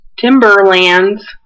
Timberlands